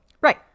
Right